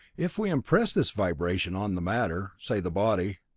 if we impress this vibration on the matter, say the body,